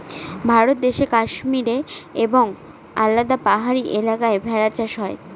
ভারত দেশে কাশ্মীরে এবং আলাদা পাহাড়ি এলাকায় ভেড়া চাষ হয়